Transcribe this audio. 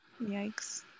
yikes